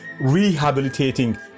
rehabilitating